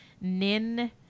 Nin